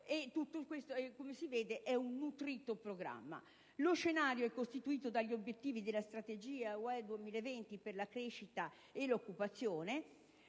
si può notare si tratta di nutrito programma. Lo scenario è costituito dagli obiettivi della Strategia Ue 2020 per la crescita e l'occupazione.